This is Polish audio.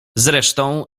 zresztą